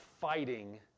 fighting